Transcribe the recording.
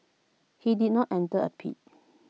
he did not enter A plea